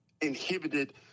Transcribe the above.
inhibited